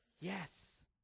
Yes